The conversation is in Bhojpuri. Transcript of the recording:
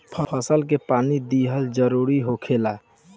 फसल के पानी दिहल जरुरी होखेला